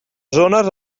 zones